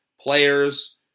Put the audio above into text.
players